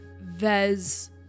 Vez